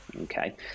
Okay